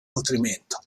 nutrimento